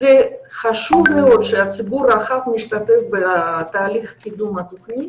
חשוב מאוד שהציבור הרחב משתתף בתהליך קידום התוכנית,